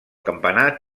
campanar